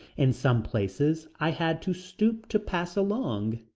in some places i had to stoop to pass along,